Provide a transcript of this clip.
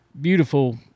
beautiful